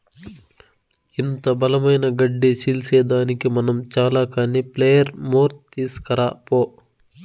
ఇంత బలమైన గడ్డి సీల్సేదానికి మనం చాల కానీ ప్లెయిర్ మోర్ తీస్కరా పో